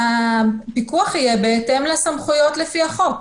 הפיקוח יהיה בהתאם לסמכויות לפי החוק.